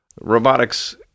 Robotics